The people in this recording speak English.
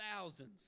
Thousands